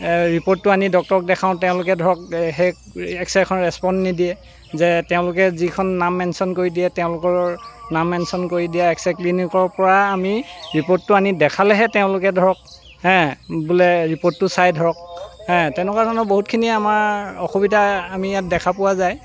ৰিপৰ্টটো আনি ডক্টৰক দেখাওঁ তেওঁলোকে ধৰক সেই এক্স ৰে'খন ৰেছপণ্ড নিদিয়ে যে তেওঁলোকে যিখন নাম মেনশ্যন কৰি দিয়ে তেওঁলোকৰ নাম মেনশ্যন কৰি দিয়া এক্স ৰে' ক্লিনিকৰ পৰা আমি ৰিপৰ্টটো আনি দেখালেহে তেওঁলোকে ধৰক হে বোলে ৰিপৰ্টটো চাই ধৰক হে তেনকুৱা ধৰণৰ বহুতখিনিয়ে আমাৰ অসুবিধা আমি ইয়াত দেখা পোৱা যায়